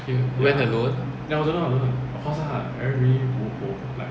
you went alone